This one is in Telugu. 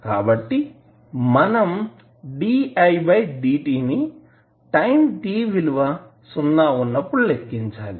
కాబట్టి మనం di dt ని టైం t విలువ సున్నా ఉన్నప్పుడు లెక్కించాలి